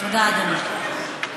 תודה, אדוני.